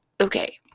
okay